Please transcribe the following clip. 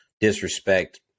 disrespect